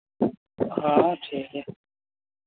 ᱦᱮᱸ ᱴᱷᱤᱠ ᱜᱮᱭᱟ